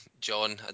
John